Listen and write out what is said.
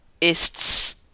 ists